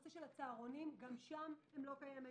נושא הצהרונים גם שם לא קיימת.